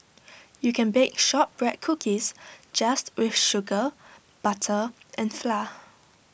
you can bake Shortbread Cookies just with sugar butter and flour